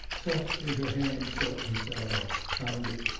softly her hand sought insarov's, found it,